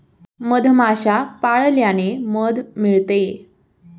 मधमाश्या पाळल्याने मध मिळते